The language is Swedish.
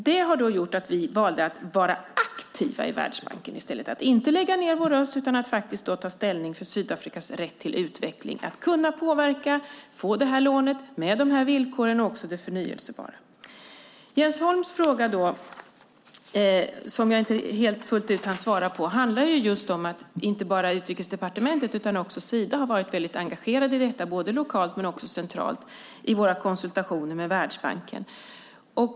Detta har gjort att vi valde att vara aktiva i Världsbanken i stället och inte lägga ned vår röst utan faktiskt ta ställning för Sydafrikas rätt till utveckling och kunna påverka och se till att man får detta lån med dessa villkor och också få med det förnybara. Jens Holms fråga som jag inte hann svara på fullt ut handlar om att inte bara Utrikesdepartementet utan också Sida har varit mycket engagerat i detta både lokalt och centralt när det gäller våra konsultationer med Världsbanken.